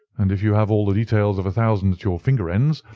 and if you have all the details of a thousand at your finger ends,